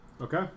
okay